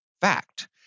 fact